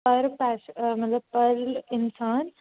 पर पैस मतलब पर्ल इन्सान